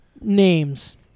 names